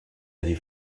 avez